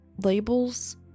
Labels